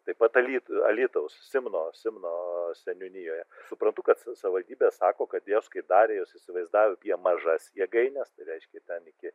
taip pat alytuj alytaus simno simno seniūnijoje suprantu kad savivaldybė sako kad jos kai darė jos įsivaizdavo apie mažas jėgaines reiškia ten iki